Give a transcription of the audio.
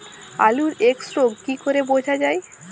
আলুর এক্সরোগ কি করে বোঝা যায়?